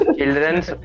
Children's